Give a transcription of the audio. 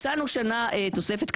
הצענו שנה תוספת.